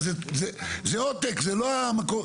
זה עותק זה לא המקור.